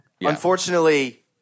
unfortunately